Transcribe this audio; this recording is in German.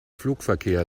flugverkehr